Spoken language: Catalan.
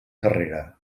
carrera